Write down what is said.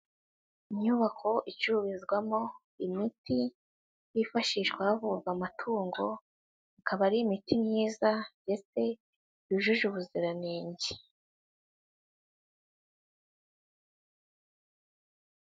Inyubako icururizwamo imiti yifashishwa havurwa amatungo, ikaba ari imiti myiza ndetse yujuje ubuziranenge.